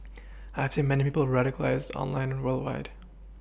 I've seen many people radicalised online worldwide